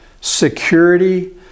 security